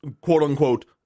quote-unquote